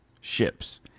ships